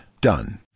Done